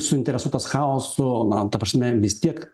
suinteresuotas chaosu na ta prasme vis tiek